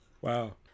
Wow